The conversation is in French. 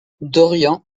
dorian